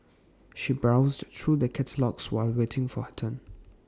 she browsed through the catalogues while waiting for her turn